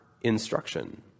instruction